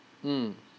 mm